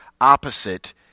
opposite